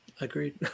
agreed